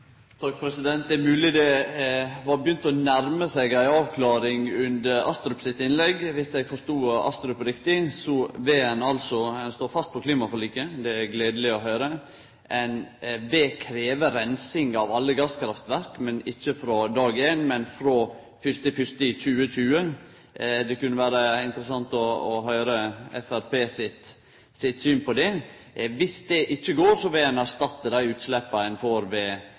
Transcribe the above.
det hadde begynt å nærme seg ei avklaring under Astrup sitt innlegg. Viss eg forstod Astrup riktig, vil ein altså stå fast ved klimaforliket. Det er gledeleg å høyre. Ein vil krevje reinsing av alle gasskraftverk, ikkje frå dag éin, men frå 1. januar 2020. Det kunne vore interessant å høyre Framstegspartiet sitt syn på det. Viss det ikkje går, vil ein erstatte dei utsleppa ein får, ved